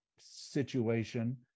situation